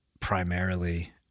Primarily